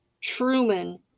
Truman